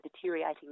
deteriorating